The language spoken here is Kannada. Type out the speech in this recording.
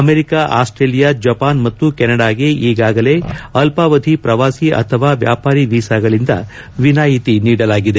ಅಮೆರಿಕ ಆಸ್ಸೇಲಿಯಾ ಜಪಾನ್ ಮತ್ತು ಕೆನಡಾಗೆ ಈಗಾಗಲೇ ಅಲ್ಲಾವಧಿ ಪ್ರವಾಸಿ ಅಥವಾ ವ್ಲಾಪಾರಿ ವೀಸಾಗಳಿಂದ ವಿನಾಯಿತಿ ನೀಡಲಾಗಿದೆ